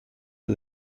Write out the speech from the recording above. for